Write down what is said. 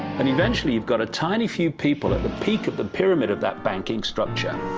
and eventually you got a tiny few people at the peak of the pyramid of that banking structure.